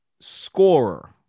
scorer